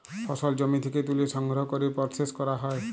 ফসল জমি থ্যাকে ত্যুলে সংগ্রহ ক্যরে পরসেস ক্যরা হ্যয়